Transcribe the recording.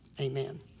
amen